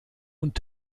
und